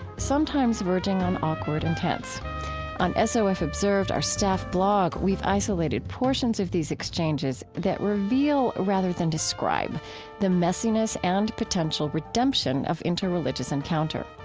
sometimes verging on awkward and tense on ah sof observed, our staff blog, we've isolated portions of these exchanges that reveal rather than describe the messiness and potential redemption of interreligious encounter.